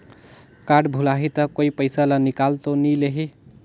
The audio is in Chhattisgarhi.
कारड भुलाही ता कोई पईसा ला निकाल तो नि लेही?